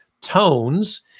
tones